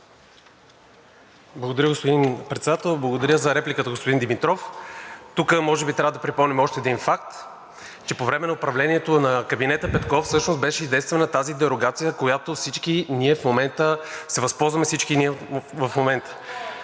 Благодаря, господин Председател. Благодаря за репликата, господин Димитров. Тук може би трябва да припомним още един факт, че по време на управлението на кабинета Петков всъщност беше издействана тази дерогация, от която всички ние се възползваме